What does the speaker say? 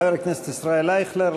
חבר הכנסת ישראל אייכלר.